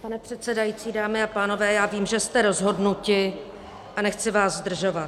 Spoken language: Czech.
Pane předsedající, dámy a pánové, já vím, že jste rozhodnuti, a nechci vás zdržovat.